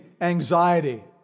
anxiety